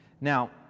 Now